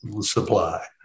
supply